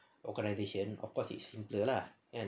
organisation of course it's smoother lah kan